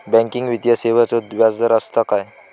Banking वित्तीय सेवाचो व्याजदर असता काय?